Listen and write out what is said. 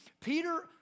Peter